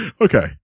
Okay